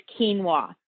quinoa